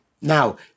Now